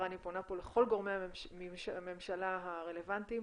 פונה פה לכל גורמי הממשלה הרלוונטיים,